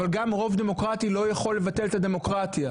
אבל גם רוב דמוקרטי לא יכול לבטל את הדמוקרטיה.